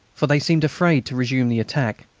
for they seemed afraid to resume the attack.